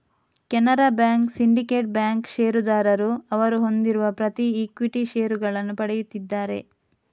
Canara bank, syndicate bank ಷೇರುದಾರರು ಅವರು ಹೊಂದಿರುವ ಪ್ರತಿ ಈಕ್ವಿಟಿ ಷೇರುಗಳನ್ನು ಪಡೆಯುತ್ತಿದ್ದಾರೆ